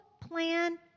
plan